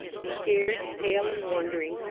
scared, pale, and wondering,